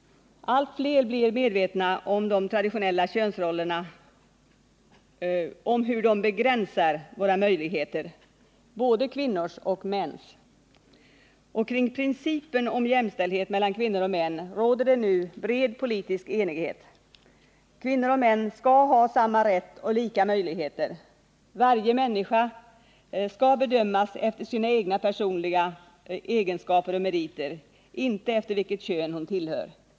Allt fler blir medvetna om hur de traditionella könsrollerna begränsar våra möjligheter — både kvinnors och mäns. Kring principen om jämställdhet mellan kvinnor och män råder det nu bred politisk enighet. Kvinnor och män skall ha samma rätt och lika möjligheter. Varje människa skall bedömas efter sina egna personliga egenskaper och meriter, inte efter vilket kön hon tillhör.